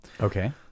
okay